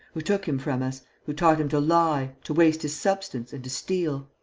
who took him from us, who taught him to lie, to waste his substance and to steal.